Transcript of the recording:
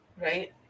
right